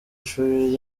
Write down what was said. ishuri